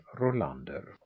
Rolander